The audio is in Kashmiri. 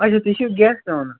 اَچھا تُہۍ چھُو گٮ۪سٹ